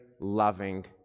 loving